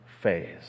phase